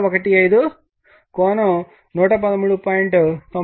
015 కోణం 113